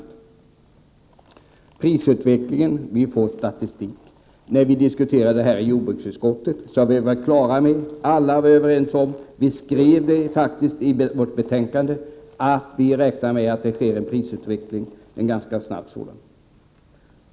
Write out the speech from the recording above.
Det finns statistik över prisutvecklingen. När vi diskuterade detta i jordbruksutskottet var alla överens om, och det skrevs i betänkandet, att vi räknade med att det skulle ske en ganska snabb prisutveckling.